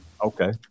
Okay